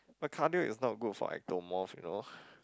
but cardio is not good for ectomorph you know